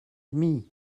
demie